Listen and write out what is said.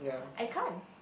I can't